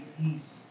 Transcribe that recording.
peace